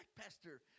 Pastor